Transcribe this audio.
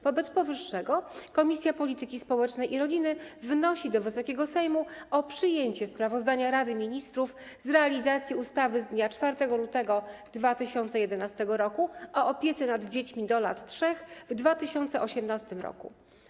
Wobec powyższego Komisja Polityki Społecznej i Rodziny wnosi do Wysokiego Sejmu o przyjęcie sprawozdania Rady Ministrów z realizacji ustawy z dnia 4 lutego 2011 r. o opiece nad dziećmi w wieku do lat 3 w 2018 r.